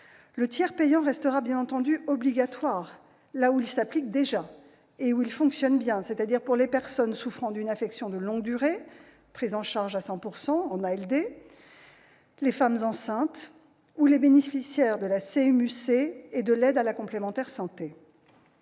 Le tiers payant restera bien entendu obligatoire là où il s'applique déjà et où il fonctionne bien, c'est-à-dire pour les personnes souffrant d'une affection de longue durée, ou ALD, prise en charge à 100 %, pour les femmes enceintes ou pour les bénéficiaires de la couverture maladie universelle complémentaire, la